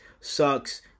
sucks